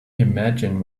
imagine